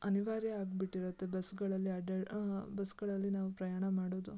ಅನಿವಾರ್ಯ ಆಗ್ಬಿಟ್ಟಿರುತ್ತೆ ಬಸ್ಸುಗಳಲ್ಲಿ ಅಡ್ಡ ಬಸ್ಸುಗಳಲ್ಲಿ ನಾವು ಪ್ರಯಾಣ ಮಾಡೋದು